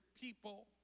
people